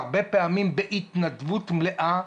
והרבה פעמים בהתנדבות מלאה,